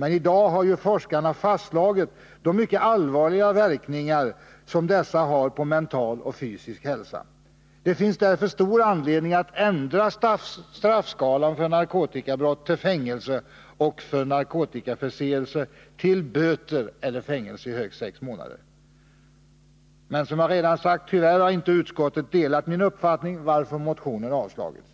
Men i dag har ju forskarna fastslagit de mycket allvarliga verkningar som dessa har på mental och fysisk hälsa. Det finns därför stor anledning att ändra straffskalan för narkotikabrott till fängelse och för narkotikaförseelse till böter eller fängelse i högst sex månader. Men som jag redan sagt, har utskottet tyvärr inte delat min uppfattning, varför motionen avstyrkts.